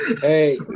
Hey